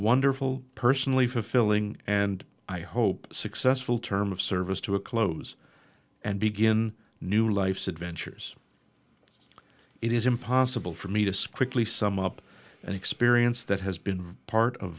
wonderful personally fulfilling and i hope successful term of service to a close and begin new life's adventures it is impossible for me discreetly sum up an experience that has been part of